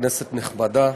כנסת נכבדה,